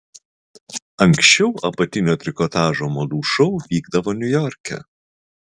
anksčiau apatinio trikotažo madų šou vykdavo niujorke